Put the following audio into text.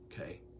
Okay